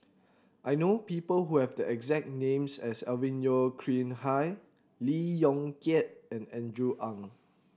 I know people who have the exact names as Alvin Yeo Khirn Hai Lee Yong Kiat and Andrew Ang